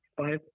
five